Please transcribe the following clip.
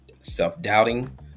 self-doubting